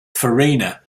farina